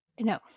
no